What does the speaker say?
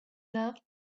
loved